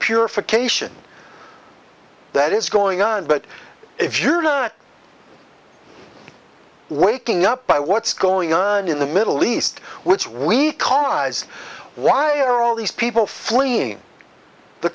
purification that is going on but if you're waking up by what's going on in the middle east which we call eyes why are all these people fleeing the